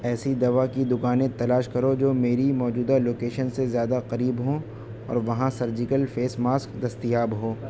ایسی دوا کی دکانیں تلاش کرو جو میری موجودہ لوکیشن سے زیادہ قریب ہوں اور وہاں سرجیکل فیس ماسک دستیاب ہو